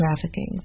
trafficking